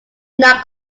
not